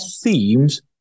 themes